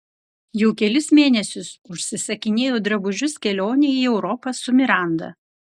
jau kelis mėnesius užsisakinėju drabužius kelionei į europą su miranda